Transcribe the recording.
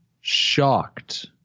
shocked